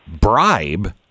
bribe